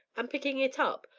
and picking it up,